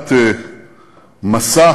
חתמנו